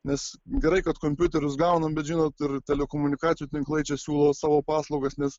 nes gerai kad kompiuterius gaunam bet žinot ir telekomunikacijų tinklai čia siūlo savo paslaugas nes